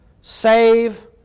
save